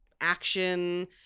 action